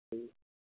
جی